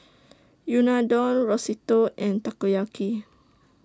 Unadon Risotto and Takoyaki